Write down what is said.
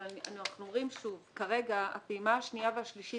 אנחנו אומרים שוב שכרגע הפעימה השנייה והשלישית,